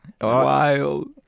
Wild